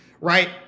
right